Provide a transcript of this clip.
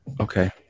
Okay